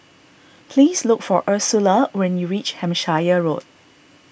please look for Ursula when you reach Hampshire Road